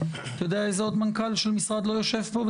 אתה יודע עוד איזה מנכ״ל של משרד לא יושב פה?